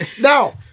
Now